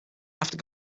after